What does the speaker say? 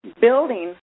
building